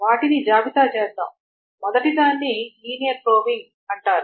వాటిని జాబితా చేద్దాం మొదటిదాన్ని లీనియర్ ప్రోబింగ్ అంటారు